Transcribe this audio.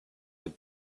had